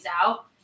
out